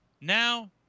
now